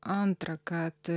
antra kad